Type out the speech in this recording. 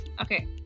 okay